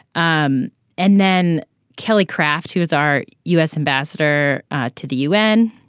um and then kelly kraft who is our u s. ambassador to the u n.